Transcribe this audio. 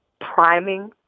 priming